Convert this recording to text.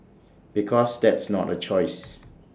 because that's not A choice